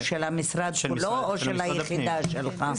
של המשרד כולו או של היחידה שלך?